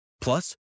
Plus